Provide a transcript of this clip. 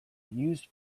used